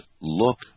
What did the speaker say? look